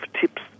tips